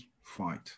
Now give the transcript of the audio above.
fight